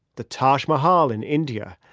the taj mahal in india,